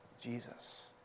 Jesus